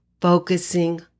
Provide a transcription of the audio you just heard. focusing